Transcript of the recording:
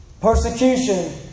Persecution